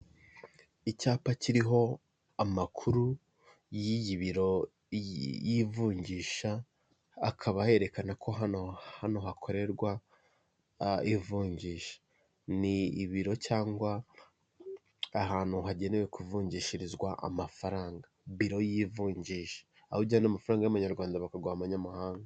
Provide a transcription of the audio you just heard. Icyapa kiriho amakuru y'iyi biro y'ivunjisha akaba yerekana ko hano hano hakorerwa ivunjisha, ni ibiro cyangwa ahantu hagenewe kuvungishirizwa amafaranga, biro y'ivunji aho ujyana amafaranga y'abanyarwanda bakaguha amanyamahanga.